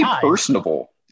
personable